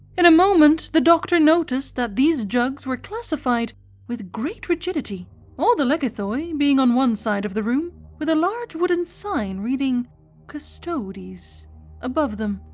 in a moment the doctor noticed that these jugs were classified with great rigidity all the lekythoi being on one side of the room with a large wooden sign reading custodes above them,